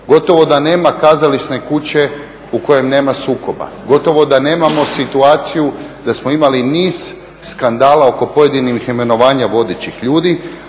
Gotovo da nema kazališne kuće u kojoj nema sukoba. Gotovo da nemamo situaciju da smo imali niz skandala oko pojedinih imenovanja vodećih ljudi,